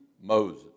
Moses